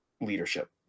leadership